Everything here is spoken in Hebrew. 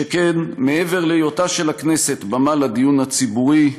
שכן מעבר להיותה של הכנסת במה לדיון הציבורי,